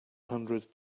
hundred